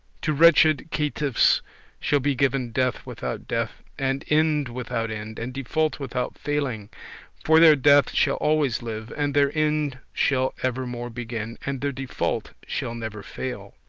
to wretched caitiffs shall be given death without death, and end without end, and default without failing for their death shall always live, and their end shall evermore begin, and their default shall never fail.